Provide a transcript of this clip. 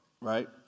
right